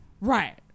Right